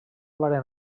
varen